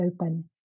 open